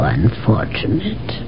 unfortunate